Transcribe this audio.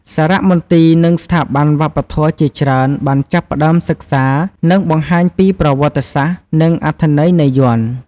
សារមន្ទីរ និងស្ថាប័នវប្បធម៌ជាច្រើនបានចាប់ផ្ដើមសិក្សា និងបង្ហាញពីប្រវត្តិសាស្រ្ត និងអត្ថន័យនៃយ័ន្ត។